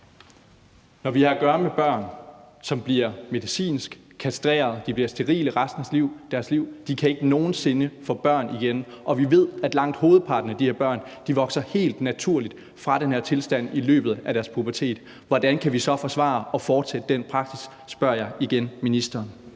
Når vi har at gøre med børn, som bliver medicinsk kastreret – de bliver sterile resten af deres liv, de kan ikke nogen sinde få børn igen – og vi ved, at langt hovedparten af de her børn helt naturligt vokser fra den her tilstand i løbet af deres pubertet, hvordan kan vi så forsvare og fortsætte den praksis? Det spørger jeg igen ministeren